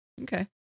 Okay